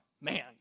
Man